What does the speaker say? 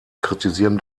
kritisieren